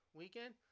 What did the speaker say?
weekend